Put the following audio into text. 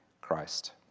Christ